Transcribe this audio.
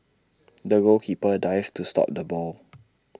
the goalkeeper dived to stop the ball